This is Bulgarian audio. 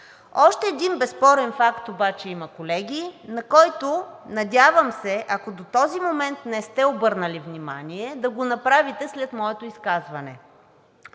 Още един безспорен факт обаче има, колеги, на който, надявам се, ако до този момент не сте обърнали внимание, да го направите след моето изказване.